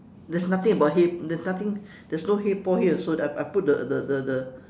there's nothing about him there's nothing there's no hey paul hey so I put the the the the